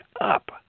up